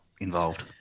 involved